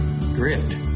grit